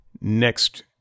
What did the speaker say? next